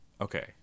Okay